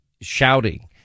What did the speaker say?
shouting